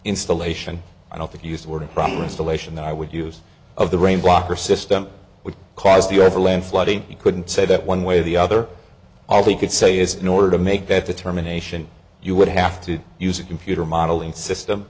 installation that i would use of the rain blocker system would cause the overland flooding you couldn't say that one way or the other all they could say is in order to make that determination you would have to use a computer modeling system